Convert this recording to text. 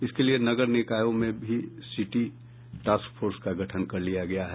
इसके लिए नगर निकायों में सिटी टार्स्क फोर्स का गठन कर लिया गया है